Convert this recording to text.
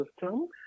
system